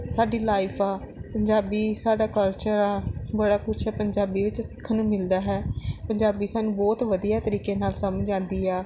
ਸਾਡੀ ਲਾਈਫ ਆ ਪੰਜਾਬੀ ਸਾਡਾ ਕਲਚਰ ਆ ਬੜਾ ਕੁਛ ਹੈ ਪੰਜਾਬੀ ਵਿੱਚ ਸਿੱਖਣ ਨੂੰ ਮਿਲਦਾ ਹੈ ਪੰਜਾਬੀ ਸਾਨੂੰ ਬਹੁਤ ਵਧੀਆ ਤਰੀਕੇ ਨਾਲ ਸਮਝ ਆਉਂਦੀ ਆ